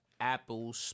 Apple